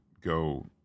go